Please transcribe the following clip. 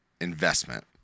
investment